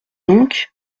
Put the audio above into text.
donc